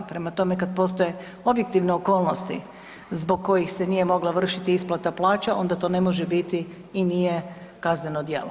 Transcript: Prema tome, kada postoje objektivne okolnosti zbog kojih se nije mogla vršiti isplata plaća onda to ne može biti i nije kazneno djelo.